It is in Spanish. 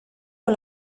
con